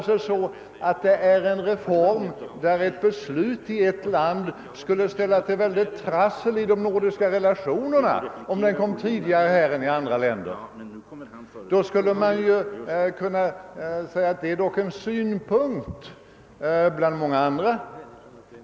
Om det gäller en reform, där ett beslut i ett land skulle ställa till trassel i de övriga nordiska länderna, genom att det kom för tidigt, då skulle man kunna säga att detta är en synpunkt bland många andra.